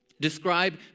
Describe